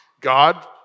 God